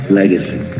legacy